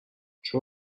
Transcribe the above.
چون